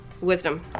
Wisdom